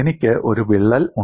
എനിക്ക് ഒരു വിള്ളൽ ഉണ്ട്